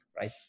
right